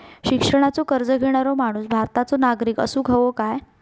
शिक्षणाचो कर्ज घेणारो माणूस भारताचो नागरिक असूक हवो काय?